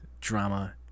drama